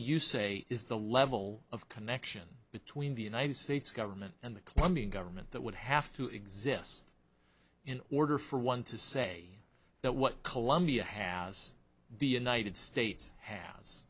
you say is the level of connection between the united states government and the colombian government that would have to exist in order for one to say that what colombia has the united states has